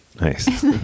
nice